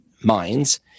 Minds